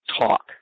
talk